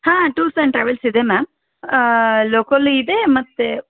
ಹಾಂ tours and travels ಇದೆ ma'am local ಇದೆ ಮತ್ತು